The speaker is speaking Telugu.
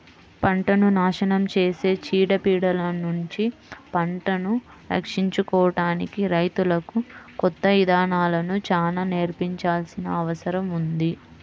పంటను నాశనం చేసే చీడ పీడలనుంచి పంటను రక్షించుకోడానికి రైతులకు కొత్త ఇదానాలను చానా నేర్పించాల్సిన అవసరం ఉంది